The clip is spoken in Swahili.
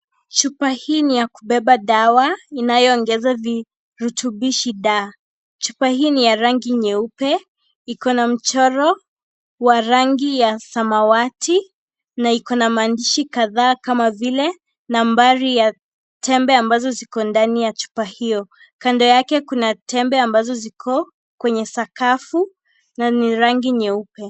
Chupa hii ni ya kubeba dawa inayoongeza virutubishi D. Chupa hii ni ya rangi nyeupe. Iko na mchoro wa rangi ya samawati na iko na maandishi kadhaa kama vile, nambari ya tembe ambazo ziko ndani ya chupa hiyo. Kando yake, kuna tembe ambazo ziko kwenye sakafu na ni rangi nyeupe.